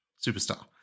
superstar